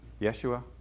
Yeshua